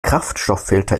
kraftstofffilter